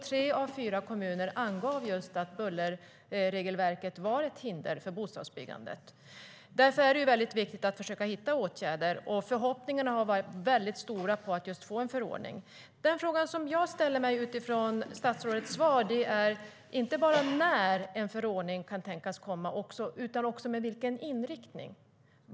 Tre av fyra kommuner angav att bullerregelverket var ett hinder för bostadsbyggandet. Den fråga jag ställer mig utifrån statsrådets svar är inte bara när en förordning kan tänkas komma utan vilken inriktning den kan tänkas ha.